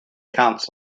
council